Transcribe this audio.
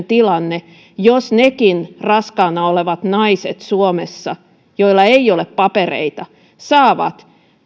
tilanne jos nekin raskaana olevat naiset suomessa joilla ei ole papereita saavat